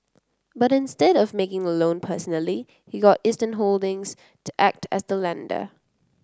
but instead of making the loan personally he got Eastern Holdings to act as the lender